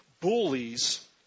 bullies